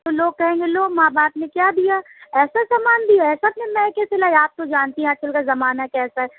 تو لوگ کہیں لو ماں باپ نے کیا دیا ایسا سامان دیا ایسا میکے سے لے کے آیا آپ تو جانتی ہیں آج کل کا زمانہ کیسا ہے